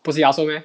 不是 yasuo meh